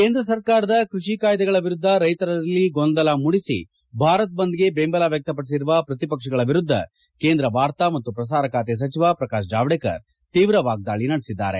ಕೇಂದ್ರ ಸರ್ಕಾರದ ಕೃಷಿ ಕಾಯ್ದೆಗಳ ವಿರುದ್ಧ ರೈತರಲ್ಲಿ ಗೊಂದಲ ಮೂಡಿಸಿ ಭಾರತ್ ಬಂದ್ಗೆ ಬೆಂಬಲ ವ್ಯಕ್ತಪಡಿಸಿರುವ ಪ್ರತಿಪಕ್ಷಗಳ ವಿರುದ್ಧ ಕೇಂದ್ರ ವಾರ್ತಾ ಮತ್ತು ಪ್ರಸಾರ ಖಾತೆ ಸಜಿವ ಪ್ರಕಾಶ್ ಜಾವಡೇಕರ್ ತೀವ್ರ ವಾಗ್ದೀ ನಡೆಸಿದ್ದಾರೆ